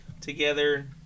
together